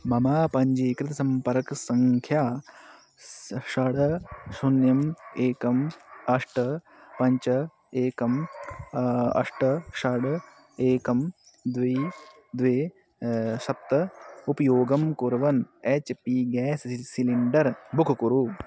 मम पञ्जीकृतसम्पर्कसङ्ख्या षट् शून्यम् एकम् अष्ट पञ्च एकं अष्ट षट् एकं द्वे द्वे सप्त उपयोगं कुर्वन् एच् पी गेस् स् सिलिण्डर् बुक् कुरु